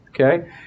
Okay